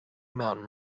mountain